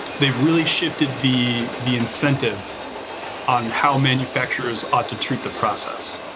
they've really shifted the the incentive on how manufacturers ought to treat the process.